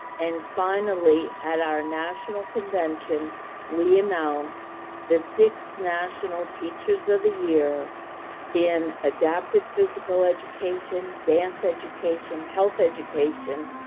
and finally at our national convention we announce the six national teachers of the year in adapted physical education, dance education, health education,